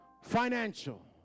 Financial